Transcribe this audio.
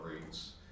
rates